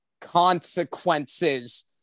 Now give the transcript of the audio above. consequences